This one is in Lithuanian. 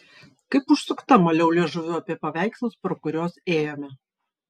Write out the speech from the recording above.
kaip užsukta maliau liežuviu apie paveikslus pro kuriuos ėjome